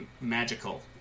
magical